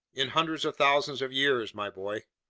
in hundreds of thousands of years, my boy.